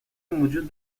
موجود